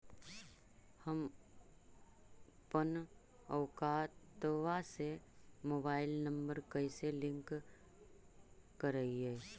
हमपन अकौउतवा से मोबाईल नंबर कैसे लिंक करैइय?